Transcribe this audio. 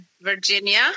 Virginia